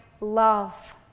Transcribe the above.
love